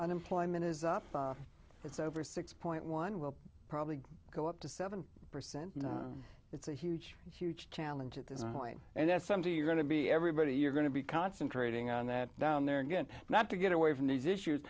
unemployment is up it's over six point one will probably go up to seven percent it's a huge huge challenge at this point and that somebody's going to be everybody you're going to be concentrating on that down there again not to get away from these issues